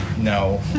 no